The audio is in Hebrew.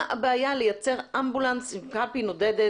מה הבעיה לייצר אמבולנס עם קלפי נודדת,